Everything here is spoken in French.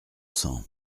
cent